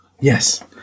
Yes